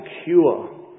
secure